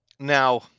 Now